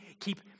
keep